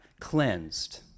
cleansed